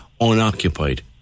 unoccupied